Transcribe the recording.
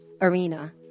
arena